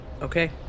Okay